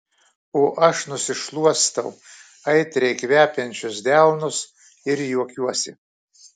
o aš nusišluostau aitriai kvepiančius delnus ir juokiuosi